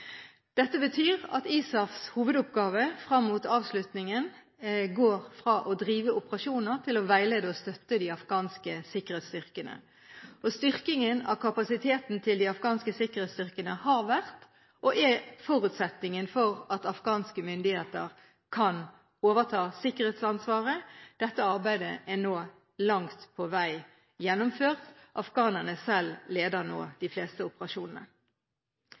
Dette betyr at ISAFs hovedoppgave fram mot avslutningen går fra å drive operasjoner til å veilede og støtte de afghanske sikkerhetsstyrkene. Styrkingen av kapasiteten til de afghanske sikkerhetsstyrkene har vært, og er, forutsetningen for at afghanske myndigheter kan overta sikkerhetsansvaret. Dette arbeidet er nå langt på vei gjennomført. Afghanerne selv leder nå de fleste operasjonene